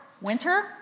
winter